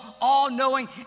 all-knowing